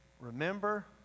Remember